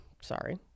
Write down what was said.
sorry